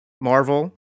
Marvel